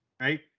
right